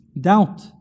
Doubt